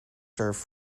served